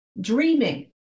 dreaming